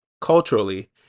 Culturally